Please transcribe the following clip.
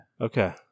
Okay